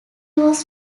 was